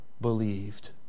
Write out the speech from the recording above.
believed